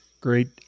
Great